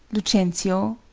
lucentio.